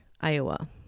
Iowa